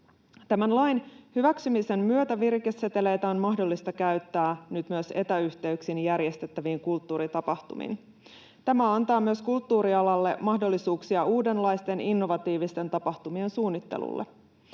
Tämän lain hyväksymisen myötä virikeseteleitä on mahdollista käyttää nyt myös etäyhteyksin järjestettäviin kulttuuritapahtumiin. Tämä antaa myös kulttuurialalle mahdollisuuksia uudenlaisten innovatiivisten tapahtumien suunnitteluun.